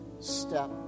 step